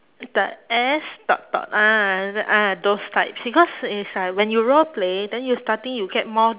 the S dot dot ah ah those types because is like when you role-play then you starting you get more